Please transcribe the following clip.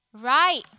right